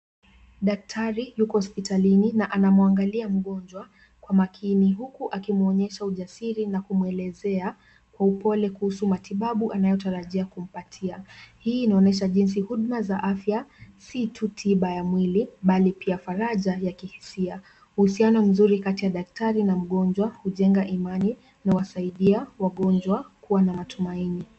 Daktari, yuko hospitalini na anamwangalia mgonjwa kwa makini huku akimuonyesha ujasiri na kumuelezea kwa upole kuhusu matibabu anayotarajia kumpatia. Hii inaonyesha jinsi huduma za afya si tu tiba ya mwili bali pia faraja ya kihisia. Uhusiano mzuri kati ya daktari na mgonjwa hujenga imani inawasaidia wagonjwa kuwa na matumaini.